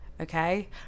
Okay